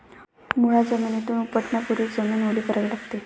मुळा जमिनीतून उपटण्यापूर्वी जमीन ओली करावी लागते